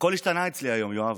והכול השתנה אצלי היום, יואב,